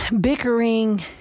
bickering